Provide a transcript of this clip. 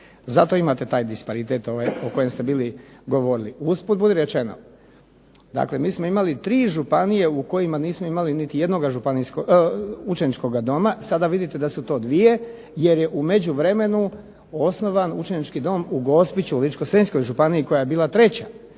Zato imate taj disparitet o kojem ste bili govorili. Usput budi rečeno, dakle mi smo imali 3 županije u kojima nismo imali niti jednoga učeničkog doma, sada vidite da su to 2 jer je u međuvremenu osnovan učenički dom u Gospiću u Ličko-senjskoj županiji koja je bila treća.